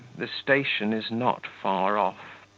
the station is not far off.